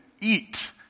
eat